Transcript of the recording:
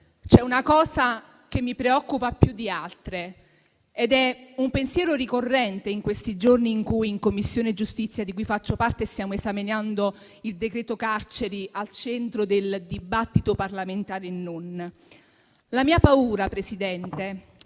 una cosa mi preoccupa più di altre ed è un pensiero ricorrente in questi giorni in cui, in Commissione giustizia, di cui faccio parte, stiamo esaminando il decreto carceri al centro del dibattito parlamentare e non. La mia paura, signor Presidente,